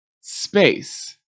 space